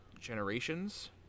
Generations